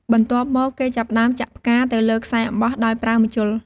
បន្ទាប់មក គេចាប់ផ្ដើមចាក់ផ្កាទៅលើខ្សែអំបោះដោយប្រើម្ជុល។